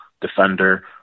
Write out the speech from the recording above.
defender